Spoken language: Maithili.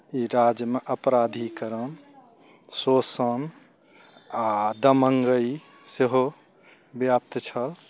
ई राज्यमे अपराधिकरण शोषण आओर दङ्गई सेहो व्याप्त छल